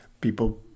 people